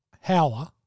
Howler